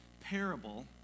parable